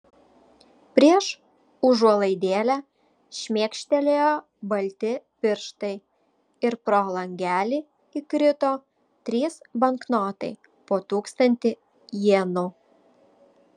prieš užuolaidėlę šmėkštelėjo balti pirštai ir pro langelį įkrito trys banknotai po tūkstantį jenų